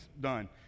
done